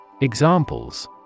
Examples